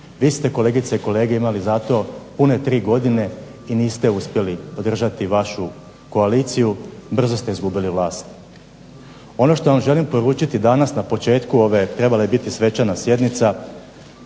Vi ste kolegice i kolege imali za to pune 3 godine i niste uspjeli održati vašu koaliciju, brzo ste izgubili vlast. Ono što vam želim poručiti danas na početku ove, trebala je biti svečana sjednica,